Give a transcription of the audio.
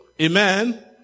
Amen